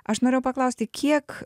aš norėjau paklausti kiek